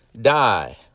die